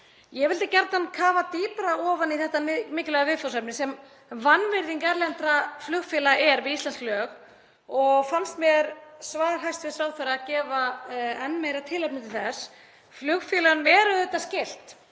Ég vildi gjarnan kafa dýpra ofan í þetta mikilvæga viðfangsefni sem vanvirðing erlendra flugfélaga er við íslensk lög og fannst mér svar hæstv. ráðherra gefa enn meira tilefni til þess. Flugfélögunum er auðvitað skylt